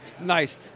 Nice